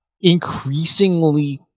increasingly